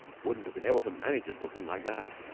wouldn't have been able to manage a little thing like that.